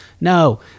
No